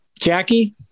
Jackie